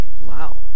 Wow